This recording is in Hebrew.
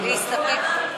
להסתפק.